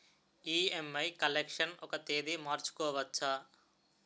EMI collection ఒక తేదీ మార్చుకోవచ్చా?